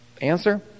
Answer